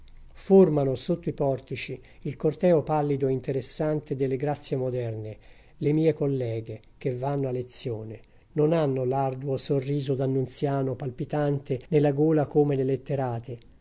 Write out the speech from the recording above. formano sotto i portici il corteo pallido e interessante delle grazie moderne le mie colleghe che vanno a lezione non hanno l'arduo sorriso d'annunziano palpitante nella gola come le letterate